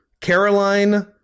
caroline